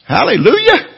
Hallelujah